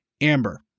Amber